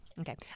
Okay